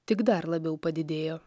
tik dar labiau padidėjo